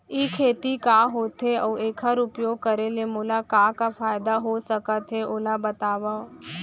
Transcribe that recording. ई खेती का होथे, अऊ एखर उपयोग करे ले मोला का का फायदा हो सकत हे ओला बतावव?